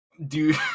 Dude